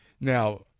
Now